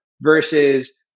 versus